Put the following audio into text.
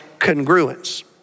congruence